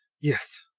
yes,